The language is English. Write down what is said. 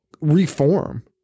reform